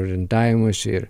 orientavimosi ir